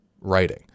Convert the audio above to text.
writing